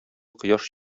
кояш